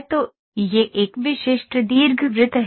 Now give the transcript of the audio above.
तो यह एक विशिष्ट दीर्घवृत्त है